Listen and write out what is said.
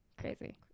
crazy